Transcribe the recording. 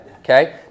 Okay